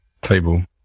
table